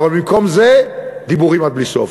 אבל, במקום זה, דיבורים עד בלי סוף.